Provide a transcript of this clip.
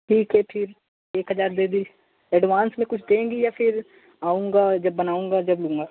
ठीक है फिर एक हज़ार दे दें एडवांस में कुछ देंगी या फिर आऊँगा जब बनाऊँगा जब